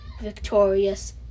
victorious